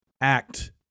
act